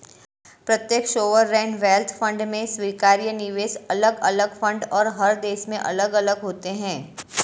प्रत्येक sovereign wealth fund में स्वीकार्य निवेश अलग अलग फंड और हर देश में अलग अलग होते हैं